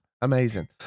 amazing